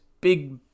big